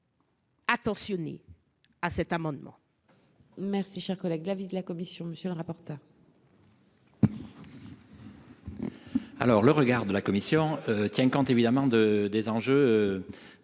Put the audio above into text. Attentionné à cet amendement.